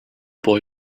boy